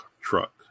truck